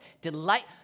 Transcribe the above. Delight